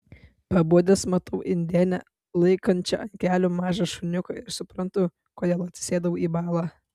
pabudęs matau indėnę laikančią ant kelių mažą šuniuką ir suprantu kodėl atsisėdau į balą